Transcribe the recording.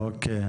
אוקיי.